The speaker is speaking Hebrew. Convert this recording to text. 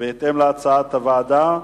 בהתאם להצעת הוועדה.